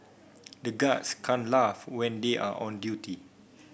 the guards can't laugh when they are on duty